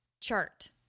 chart